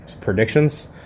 predictions